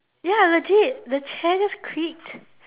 ya legit the chair just creaked